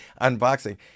unboxing